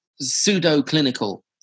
pseudo-clinical